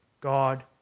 God